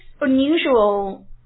unusual